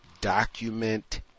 document